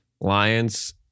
Lions